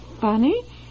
funny